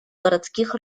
городских